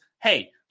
hey